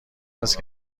است